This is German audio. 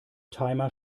timer